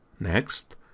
Next